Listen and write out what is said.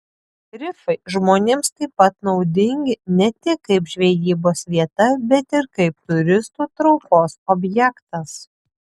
rifai žmonėms taip pat naudingi ne tik kaip žvejybos vieta bet ir kaip turistų traukos objektas